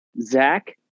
Zach